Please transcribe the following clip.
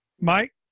Mike